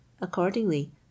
Accordingly